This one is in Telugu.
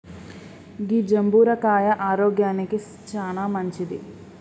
గీ జంబుర కాయ ఆరోగ్యానికి చానా మంచింది